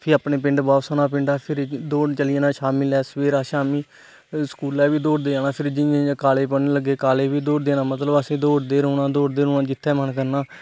फ्ही अपने पिंड बापस औना पिड़ां च फिर दौड़न चली जाना शमी ले सबेरे शामी स्कूला बी दौड़दे जाना जियां जियां काॅलेज पढ़न लग्गे काॅलेज बी दौड़दे जाना मतलब असें दौड़दे रौहना दौड़दे रौहना जित्थै मन करना